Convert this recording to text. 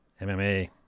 MMA